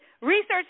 research